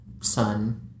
son